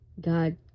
God